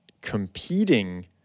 competing